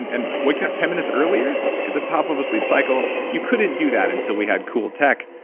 and and wake up ten minutes earlier at the top of a sleep cycle, you couldn't do that until we had cool tech.